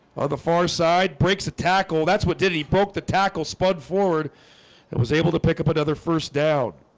the far side breaks a tackle, that's what did he poked the tackle spud forward and was able to pick up another first down